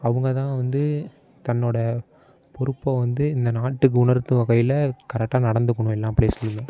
அவங்க தான் வந்து தன்னோடய பொறுப்பை வந்து இந்த நாட்டுக்கு உணர்த்தும் வகையில் கரெக்டாக நடந்துக்கணும் எல்லா ப்ளேஸ்லையும்